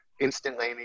instantly